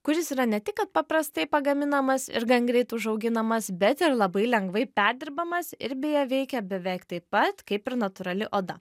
kuris yra ne tik kad paprastai pagaminamas ir gan greit užauginamas bet ir labai lengvai perdirbamas ir beje veikia beveik taip pat kaip ir natūrali oda